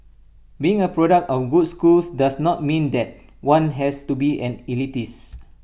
being A product of A good schools does not mean that one has to be an elitist